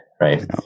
right